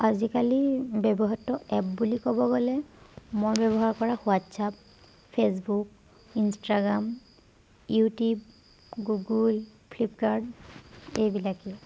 আজিকালি ব্যৱহৃত এপ বুলি ক'ব গ'লে মই ব্যৱহাৰ কৰা WhatsApp Facebook Instagram YouTube Google Flipkart এইবিলাকেই